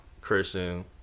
Christian